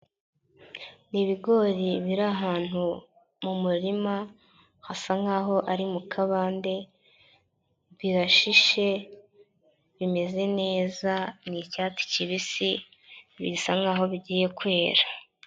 Ni bigori biri ahantu mu murima hasa nk'aho ari mu kabande, birashishe bimeze neza ni icyatsi kibisi bisa nk'aho bigiye kwera.